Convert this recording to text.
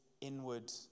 inward